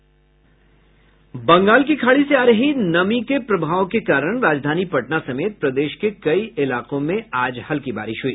बंगाल की खाड़ी से आ रही नमी के प्रभाव के कारण राजधानी पटना समेत प्रदेश के कई इलाकों में आज हल्की बारिश हुई